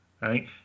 right